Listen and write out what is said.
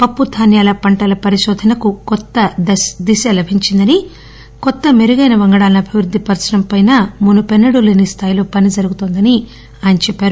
పప్పు ధాన్యాల పంటల పరిశోధనకు కొత్తదిశ లభించిందని కొత్త మెరుగైన వంగడాలను అభివృద్ది పరచడం పైనా మునుపెన్నడూ లేని స్థాయిలో పని జరుగుతోందని ఆయన చెప్పారు